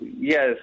Yes